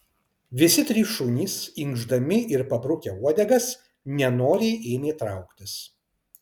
visi trys šunys inkšdami ir pabrukę uodegas nenoriai ėmė trauktis